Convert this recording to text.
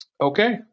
Okay